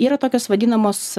yra tokios vadinamos